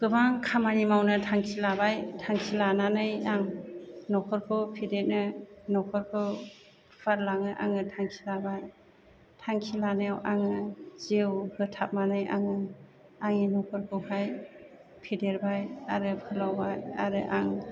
गोबां खामानि मावनो थांखि लाबाय थांखि लानानै आं नखरखौ फेदेरनो नखरखौ फुवारलांनो आङो थांखि लाबाय थांखि लानायाव आङो जिउ होथाबनानै आङो आंनि नखरखौहाय फेदेरबाय आरो फोलावबाय आरो आं